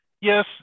Yes